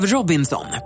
Robinson